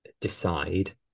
decide